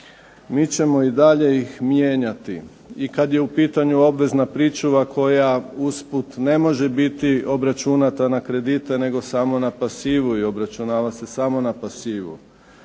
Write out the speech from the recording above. mi ćemo ih i dalje mijenjati. I kada je u pitanju obvezna pričuva koja usput ne može biti obračunata na kredite nego samo na pasivu i obračunava se samo na pasivu